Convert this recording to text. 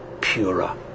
purer